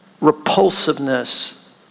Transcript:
repulsiveness